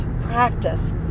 practice